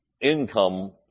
income